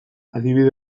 adibide